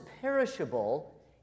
perishable